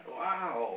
wow